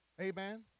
Amen